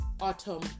autumn